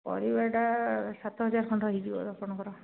ପରିବାଟା ସାତ ହଜାର ଖଣ୍ଡେ ହୋଇଯିବ ଆପଣଙ୍କର